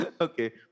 Okay